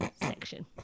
section